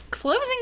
Closing